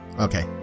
okay